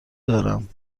دارم